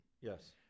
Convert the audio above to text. Yes